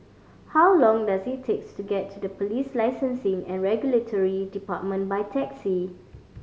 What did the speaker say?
how long does it takes to get to Police Licensing and Regulatory Department by taxi